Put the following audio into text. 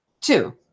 Two